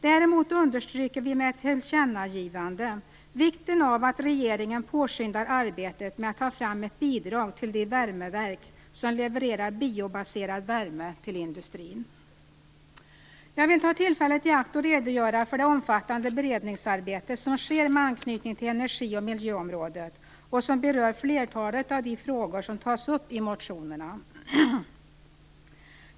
Däremot understryker vi med ett tillkännagivande vikten av att regeringen påskyndar arbetet med att ta fram ett bidrag till de värmeverk som levererar biobaserad värme till industrin. Jag vill ta tillfället i akt att redogöra för det omfattande beredningsarbete som sker med anknytning till energi och miljöområdet. Det berör flertalet av de frågor som tas upp i motionerna.